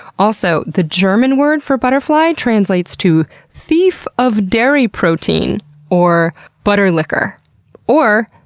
also the german word for butterfly translates to thief of dairy protein or botterlicker or,